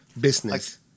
business